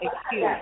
excuse